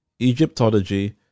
Egyptology